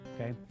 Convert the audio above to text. okay